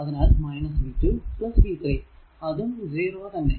അതിനാൽ v 2 v 3 അതും 0 തന്നെ